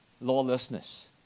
lawlessness